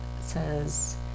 says